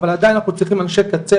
אבל עדיין אנחנו צריכים אנשי קצה,